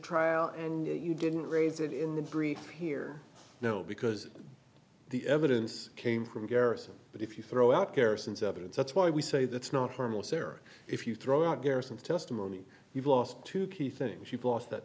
trial and you didn't raise it in the brief here no because the evidence came from garrison but if you throw out harrison's evidence that's why we say that's not harmless error if you throw out garrisons testimony you've lost two key things you've lost that